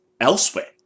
elsewhere